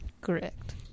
Correct